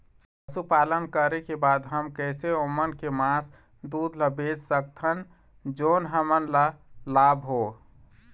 पशुपालन करें के बाद हम कैसे ओमन के मास, दूध ला बेच सकत हन जोन हमन ला लाभ हो?